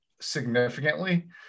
significantly